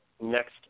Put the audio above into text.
next